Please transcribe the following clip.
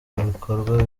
bikorwa